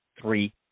three